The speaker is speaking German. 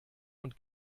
und